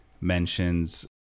mentions